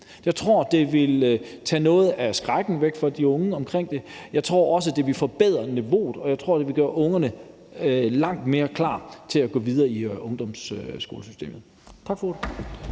Jeg tror, at det vil tage noget af skrækken væk fra de unge omkring det, og jeg tror også, at det vil forbedre niveauet, og at det vil gøre ungerne langt mere klar til at gå videre i ungdomsskolesystemet. Tak for ordet.